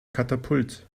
katapult